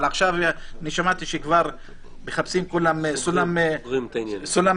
אבל עכשיו שמעתי שכבר מחפשים כולם סולם לרדת,